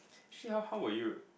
Shia how were you